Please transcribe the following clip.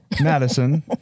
Madison